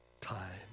time